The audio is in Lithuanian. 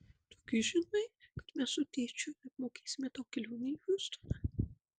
tu gi žinai kad mes su tėčiu apmokėsime tau kelionę į hjustoną